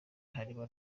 harimo